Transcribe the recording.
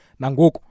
Nangoku